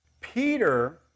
Peter